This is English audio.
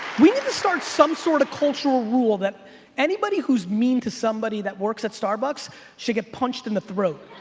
we need to start some sort of cultural rule that anybody who's mean to somebody that works at starbucks should get punched in the throat.